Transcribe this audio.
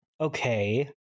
Okay